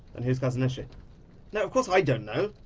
and whose cousin is she. no of course i don't know!